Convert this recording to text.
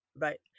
Right